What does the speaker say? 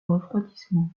refroidissement